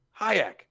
Hayek